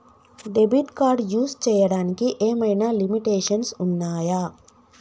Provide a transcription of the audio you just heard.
Debit card use చేయడానికి ఏమైనా limitations ఉన్నాయా?